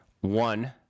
One